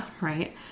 right